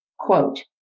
Quote